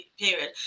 period